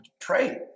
Pray